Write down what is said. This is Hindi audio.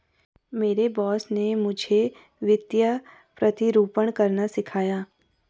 मेरे बॉस ने मुझे वित्तीय प्रतिरूपण करना सिखाया